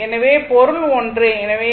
எனவே பொருள் ஒன்றே